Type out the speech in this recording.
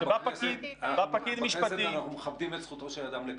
שבה פקיד משפטי --- בכנסת אנחנו מכבדים את זכותו של אדם לקלל.